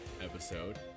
episode